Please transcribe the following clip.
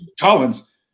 Collins